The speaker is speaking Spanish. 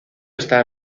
está